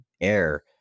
air